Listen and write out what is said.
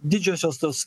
didžiosios tos